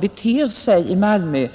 beter sig i Malmö.